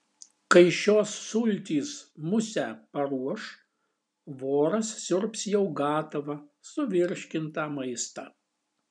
kai šios sultys musę paruoš voras siurbs jau gatavą suvirškintą maistą